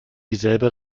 dieselbe